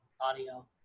audio